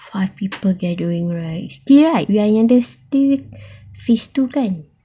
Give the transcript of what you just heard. five people gathering right still right we are in the still phase two kan